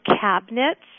cabinets